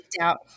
out